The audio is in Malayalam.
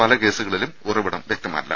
പല കേസുകളിലും ഉറവിടം വ്യക്തമല്ല